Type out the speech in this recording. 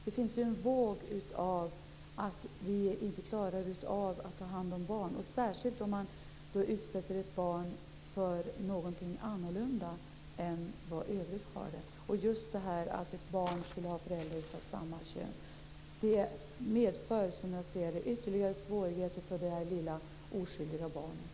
Det finns en våg av att man inte klarar att ta hand om barn, och det gäller särskilt om ett barn utsätts för någonting som är annorlunda. Att ett barn skulle ha föräldrar av samma kön medför, som jag ser det, ytterligare svårigheter för det lilla oskyldiga barnet.